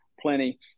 plenty